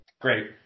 Great